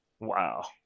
Wow